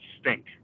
stink